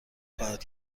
خواهد